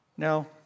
Now